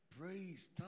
Praise